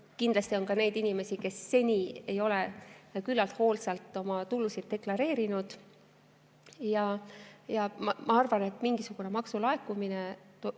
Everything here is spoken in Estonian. Kindlasti on ka neid inimesi, kes seni ei ole küllalt hoolsalt oma tulusid deklareerinud. Ma arvan, et mingisugune maksulaekumine